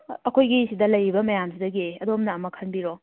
ꯑꯩꯈꯣꯏꯒꯤ ꯁꯤꯗ ꯂꯩꯔꯤꯕ ꯃꯌꯥꯝꯁꯤꯗꯒꯤ ꯑꯗꯣꯝꯅ ꯑꯃ ꯈꯟꯕꯤꯔꯣ